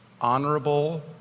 honorable